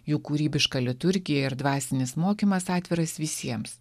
jų kūrybiška liturgija ir dvasinis mokymas atviras visiems